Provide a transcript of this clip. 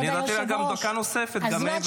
אני נתתי לה דקה נוספת גם מעבר לזה.